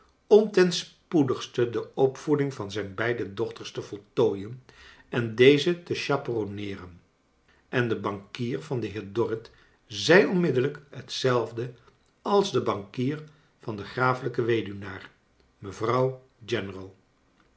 om ten spoedigste de opvoeding van zijn beide dochters te voltooien en deze te chaperonneeren en de bankier van den heer dorrit zei onmiddellijk hetzelfde als de bankier van den grafelijken weduwnaar mevrouw